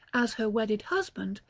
as her wedded husband,